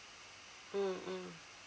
mm mm